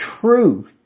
truth